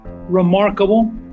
remarkable